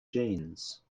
genes